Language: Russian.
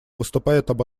выступает